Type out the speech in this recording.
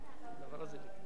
אדוני היושב-ראש,